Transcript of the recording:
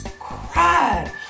cried